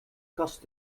kast